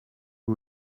you